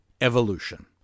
evolution